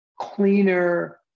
cleaner